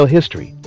History